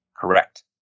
Correct